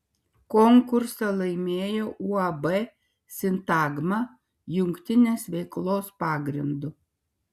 konkursą laimėjo uab sintagma jungtinės veiklos pagrindu